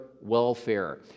welfare